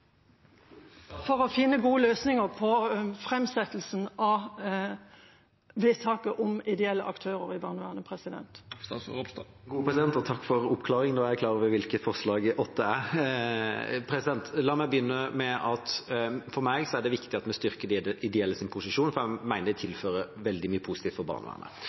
gode løsninger på framsettelsen av vedtaket om ideelle aktører i barnevernet? Takk for oppklaringen. Nå er jeg klar over hva som er forslag nr. 8. La meg begynne med at for meg er det viktig at vi styrker de ideelles posisjon. Jeg mener de tilfører veldig mye positivt til barnevernet,